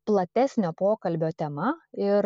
platesnio pokalbio tema ir